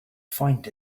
find